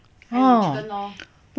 oh